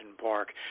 Park